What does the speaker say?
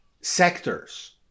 sectors